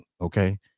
Okay